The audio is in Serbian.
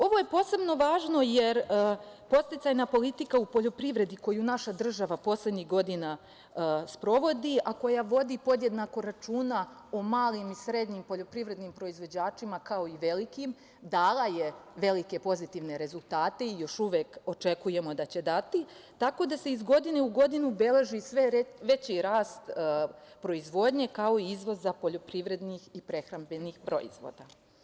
Ovo je posebno važno, jer podsticajna politika u poljoprivredi, koju naša država poslednjih godina sprovodi, a koja vodi podjednako računa o malim i srednjim poljoprivrednim proizvođačima, kao i velikim, dala je velike pozitivne rezultate i još uvek očekujemo da će dati, tako da se iz godine u godinu beleži sve veći rast proizvodnje, kao i izvoza poljoprivrednih i prehrambenih proizvoda.